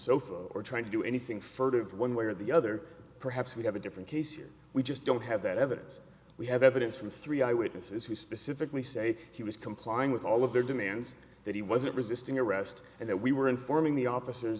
sofa or trying to do anything furtive one way or the other perhaps we have a different case here we just don't have that evidence we have evidence from three eyewitnesses who specifically say he was complying with all of their demands that he wasn't resisting arrest and that we were informing the officers